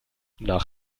nach